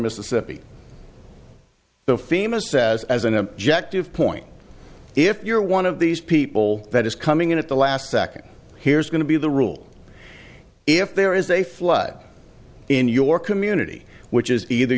mississippi the famous says as an objective point if you're one of these people that is coming in at the last second here's going to be the rule if there is a flood in your community which is either